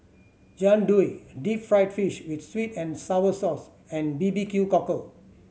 Jian Dui deep fried fish with sweet and sour sauce and B B Q Cockle